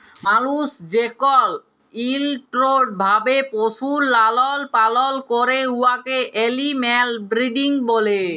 মালুস যেকল কলট্রোল্ড ভাবে পশুর লালল পালল ক্যরে উয়াকে এলিম্যাল ব্রিডিং ব্যলে